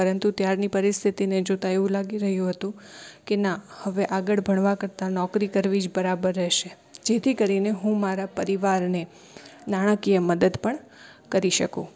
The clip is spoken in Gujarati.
પરંતુ ત્યારની પરિસ્થિતિને જોતાં એવું લાગી રહ્યું હતું કે ના હવે આગળ ભણવા કરતાં નોકરી કરવી જ બરાબર રહેશે જેથી કરીને હું મારા પરિવારને નાણાંકીય મદદ પણ કરી શકું